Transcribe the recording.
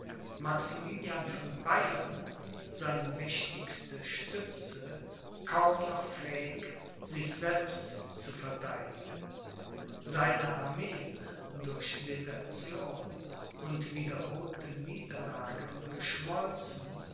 maximilian von bayern seine mächtigste stütze kaum noch fähig sich selbst zu vertheidigen seine armeen durch desertion und wiederholte niederlagen geschmolzen